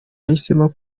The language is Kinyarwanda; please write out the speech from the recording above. yahisemo